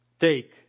take